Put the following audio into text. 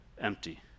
empty